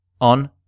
on